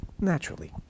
naturally